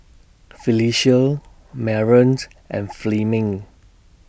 Phylicia Maren's and Fleming